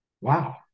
Wow